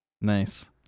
nice